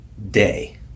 day